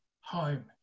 home